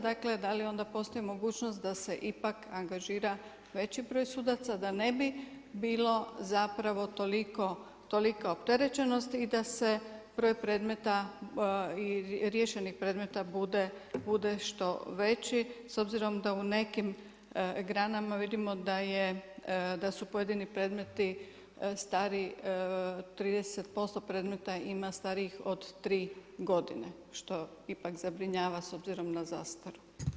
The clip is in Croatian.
Dakle da li onda postoji mogućnost da se ipak angažira veći broj sudaca da ne bi bilo zapravo tolika opterećenost i da se broj predmeta i riješenih predmeta bude što veći s obzirom da u nekim granama vidimo da je, da su pojedini predmeti stari, 30% predmeta ima starijih od 3 godine, što ipak zabrinjava s obzirom na zastaru.